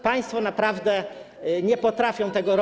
Państwo naprawdę nie potrafią tego robić.